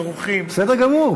וטורחים, בסדר גמור.